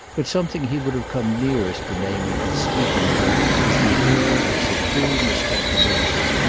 but something he would have come nearest to naming in speaking of it as the air of supreme respectability,